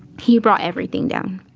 he brought everything down.